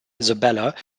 isabella